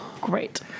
Great